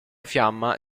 fiamma